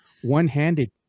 one-handed